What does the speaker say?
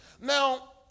Now